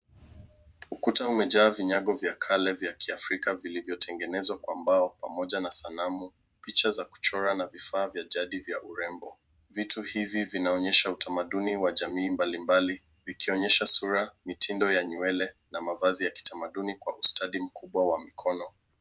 Ukuta umejaa vinyago vya kale vya kiafrika vilivyotengenezwa kwa mbao pamoja na sanamu, picha za kuchora na vifaa vya jadi vya urembo. Vitu hivi vinaonyesha utamaduni wa jamii mbalimbali vikionyesha sura, mitindo ya nywele, na mavazi wa kitamaduni kwa ustadi mkubwa wa mikono.